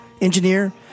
Engineer